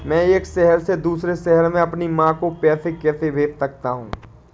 मैं एक शहर से दूसरे शहर में अपनी माँ को पैसे कैसे भेज सकता हूँ?